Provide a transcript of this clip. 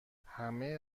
همه